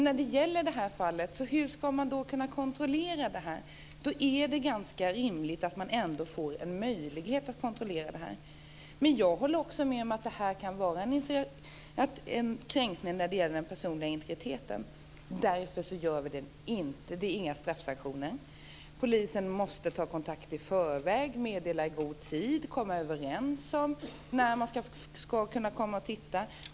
När det nu gäller det här fallet är det ändå ganska rimligt att man får en möjlighet att kontrollera detta. Jag håller också med om att detta kan vara en kränkning när det gäller den personliga integriteten. Därför är det inga straffsanktioner. Polisen måste ta kontakt i förväg, meddela i god tid att man kommer och komma överens om när man ska få komma och titta.